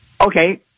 Okay